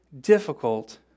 difficult